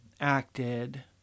acted